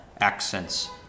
accents